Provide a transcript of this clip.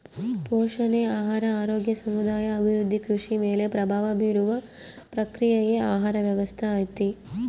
ಪೋಷಣೆ ಆಹಾರ ಆರೋಗ್ಯ ಸಮುದಾಯ ಅಭಿವೃದ್ಧಿ ಕೃಷಿ ಮೇಲೆ ಪ್ರಭಾವ ಬೀರುವ ಪ್ರಕ್ರಿಯೆಯೇ ಆಹಾರ ವ್ಯವಸ್ಥೆ ಐತಿ